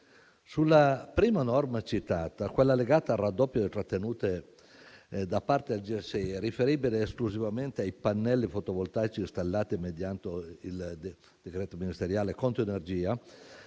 Sulla prima norma citata, quella legata al raddoppio delle trattenute da parte del Gestore dei servizi energetici (GSE), riferibile esclusivamente ai pannelli fotovoltaici installati mediante il decreto ministeriale Conto Energia